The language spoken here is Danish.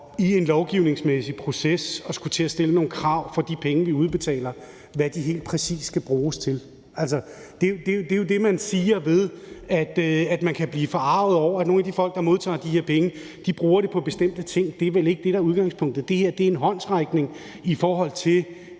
man i en lovgivningsmæssig proces går ind og begynder at stille nogle krav om, hvad de penge, vi udbetaler, helt præcis skal bruges til. Altså, det er jo det, man siger, når man kan blive forarget over, at nogle af de folk, der modtager de her penge, bruger dem på bestemte ting. Det er vel ikke det, der er udgangspunktet. Det her er en håndsrækning i forhold til